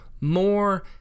more